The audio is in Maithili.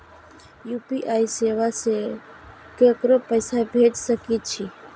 यू.पी.आई सेवा से ककरो पैसा भेज सके छी?